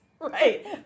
Right